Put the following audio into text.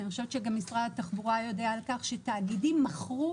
אני חושבת שגם המשרד יודע על כך שתאגידים מכרו